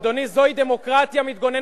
אדוני, זוהי דמוקרטיה מתגוננת.